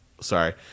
Sorry